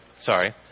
sorry